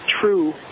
true